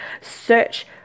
Search